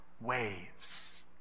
waves